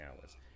hours